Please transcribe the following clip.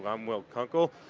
i'm will kunkel,